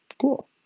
Cool